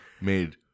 made